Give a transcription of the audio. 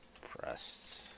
pressed